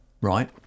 right